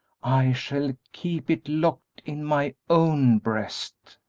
i shall keep it locked in my own breast.